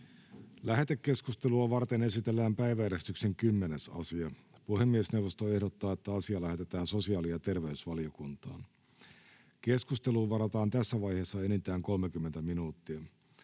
Lähetekeskustelua varten esitellään päiväjärjestyksen 6. asia. Puhemiesneuvosto ehdottaa, että asia lähetetään talousvaliokuntaan. Keskusteluun varataan tässä vaiheessa enintään 30 minuuttia.